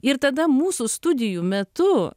ir tada mūsų studijų metu